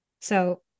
so-